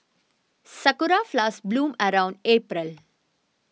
sakura flowers bloom around April